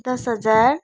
दस हजार